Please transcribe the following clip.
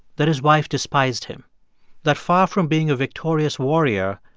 that his wife despised him that far from being a victorious warrior,